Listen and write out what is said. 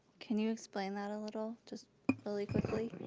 can you explain that a little just really quickly?